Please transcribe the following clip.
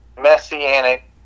messianic